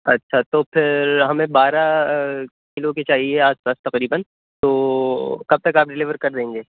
اچھا تو پھر ہمیں بارہ کلو کی چاہیے آٹھ دس تقریباً تو کب تک آپ ڈلیور کر دیں گے